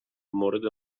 مورد